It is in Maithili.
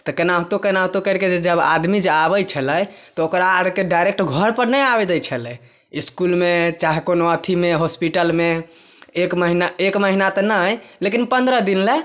तऽ केनाहुतो केनाहुतो करिके जे जब आदमी आबै छलै तऽ ओकरा आरके डाइरेक्ट घर पर नहि आबे दै छलै इसकुलमे चाहे कोनो अथी मे हॉस्पिटलमे एक महीना एक महीना तऽ नहि लेकिन पन्द्रह दिन लय